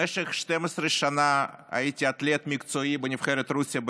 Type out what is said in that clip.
במשך 12 שנה הייתי אתלט מקצועי בריצה בנבחרת רוסיה,